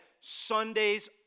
Sundays